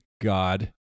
God